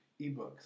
ebooks